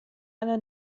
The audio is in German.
eine